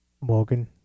Morgan